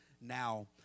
now